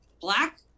black